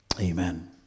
Amen